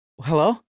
hello